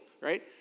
right